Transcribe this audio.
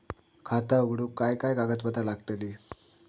खाता उघडूक काय काय कागदपत्रा लागतली?